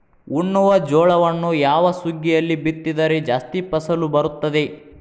ಉಣ್ಣುವ ಜೋಳವನ್ನು ಯಾವ ಸುಗ್ಗಿಯಲ್ಲಿ ಬಿತ್ತಿದರೆ ಜಾಸ್ತಿ ಫಸಲು ಬರುತ್ತದೆ?